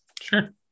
Sure